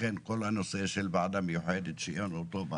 לכן כל הנושא של ועדה מיוחדת בארץ